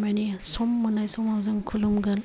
मानि सम मोननाय समाव जों खुलुमगोन